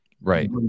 Right